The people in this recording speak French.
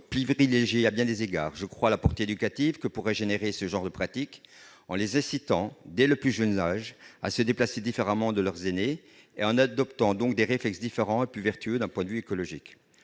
privilégiée à bien des égards. Je crois à la portée éducative que pourrait revêtir ce genre de pratique, en les incitant, dès le plus jeune âge, à se déplacer différemment de leurs aînés et à adopter d'autres réflexes, plus vertueux d'un point de vue écologique.